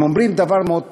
הם אומרים דבר מאוד פשוט: